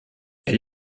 elle